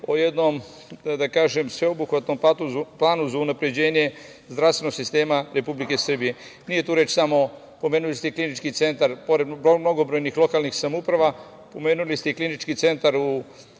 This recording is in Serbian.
o jednom, da kažem, sveobuhvatnom planu za unapređenje zdravstvenog sistema Republike Srbije. Pomenuli ste i Klinički centar, pored mnogobrojnih lokalnih samouprava, pomenuli ste i Klinički centar u